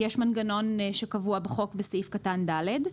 יש מנגנון שקבוע בחוק בסעיף קטן (ד).